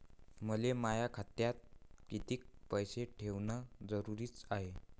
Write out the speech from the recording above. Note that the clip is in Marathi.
मले माया खात्यात कितीक पैसे ठेवण जरुरीच हाय?